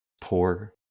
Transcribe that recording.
poor